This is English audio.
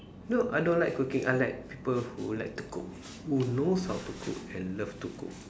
no I don't like cooking I like people who like to cook who knows how to cook and love to cook